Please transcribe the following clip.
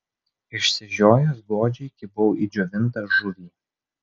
išsižiojęs godžiai kibau į džiovintą žuvį